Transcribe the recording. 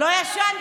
מה פתאום?